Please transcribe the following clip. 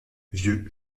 vieux